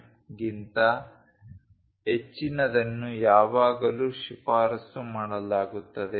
me ಗಿಂತ ಹೆಚ್ಚಿನದನ್ನು ಯಾವಾಗಲೂ ಶಿಫಾರಸು ಮಾಡಲಾಗುತ್ತದೆ